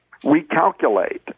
recalculate